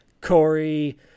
Corey